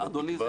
אדוני,